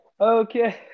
Okay